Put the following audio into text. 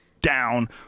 down